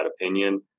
opinion